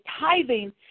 tithing